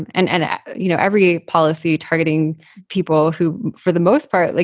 and and, you know, every policy targeting people who for the most part, like